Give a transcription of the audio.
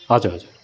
हजुर हजुर